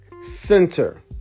center